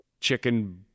chicken